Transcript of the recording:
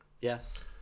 Yes